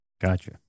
Gotcha